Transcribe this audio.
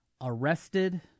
arrested